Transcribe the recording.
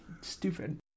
stupid